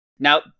Now